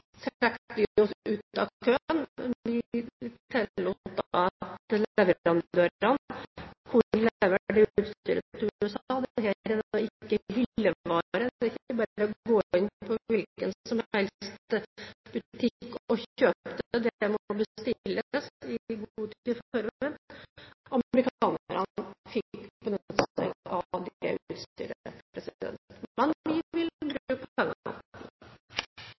oss ut av køen. Vi tillot da at leverandørene kunne levere det utstyret til USA. Dette er ikke hyllevare. Det er ikke bare å gå inn på hvilken som helst butikk og kjøpe det; det må bestilles god tid i